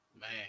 man